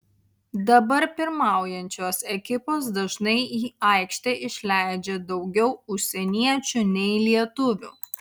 dabar pirmaujančios ekipos dažnai į aikštę išleidžia daugiau užsieniečių nei lietuvių